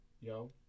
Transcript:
Yo